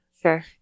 Sure